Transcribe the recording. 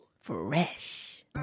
Fresh